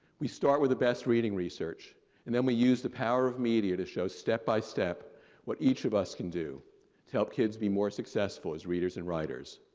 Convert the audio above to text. we start with the best reading research and then we use the power of media to show step by step what each of us can do to help kids be more successful as readers and writers.